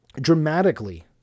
dramatically